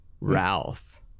Ralph